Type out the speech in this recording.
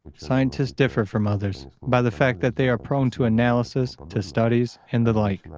scientists differ from others by the fact that they are prone to analysis, to studies, and the like.